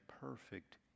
perfect